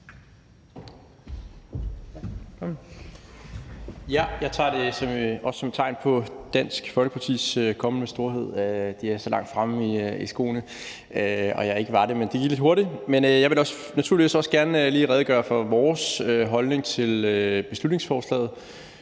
Jeg tager det også som et tegn på Dansk Folkepartis kommende storhed, at de er så langt fremme i skoene, og at jeg ikke var det. Men det gik lidt hurtigt. Jeg vil naturligvis også gerne lige redegøre for vores holdning til beslutningsforslaget,